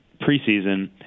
preseason